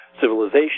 civilization